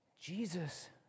Jesus